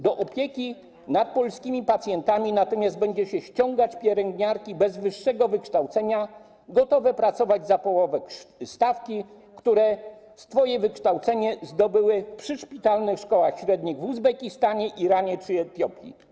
Do opieki nad polskimi pacjentami natomiast będzie się ściągać pielęgniarki bez wyższego wykształcenia, gotowe pracować za połowę stawki, które swoje wykształcenie zdobyły w przyszpitalnych szkołach średnich w Uzbekistanie, Iranie czy Etiopii.